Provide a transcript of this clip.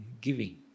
giving